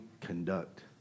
conduct